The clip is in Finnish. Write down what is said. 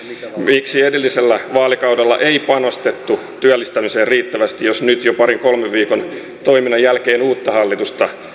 miksi edellisellä vaalikaudella ei panostettu työllistämiseen riittävästi jos nyt jo parin kolmen viikon toiminnan jälkeen uutta hallitusta